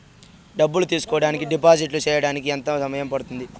డబ్బులు తీసుకోడానికి డిపాజిట్లు సేయడానికి ఎంత సమయం పడ్తుంది